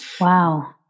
wow